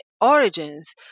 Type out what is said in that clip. origins